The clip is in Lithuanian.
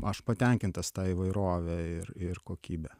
aš patenkintas tą įvairovę ir ir kokybę